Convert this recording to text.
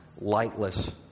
lightless